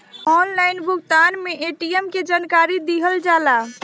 Online भुगतान में ATM के जानकारी दिहल जाला?